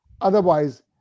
Otherwise